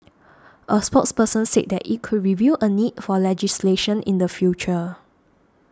a spokesperson said that it could review a need for legislation in the future